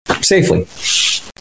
safely